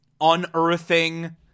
unearthing